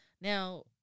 Now